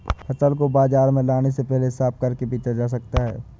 फसल को बाजार में लाने से पहले साफ करके बेचा जा सकता है?